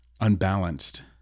Unbalanced